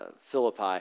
Philippi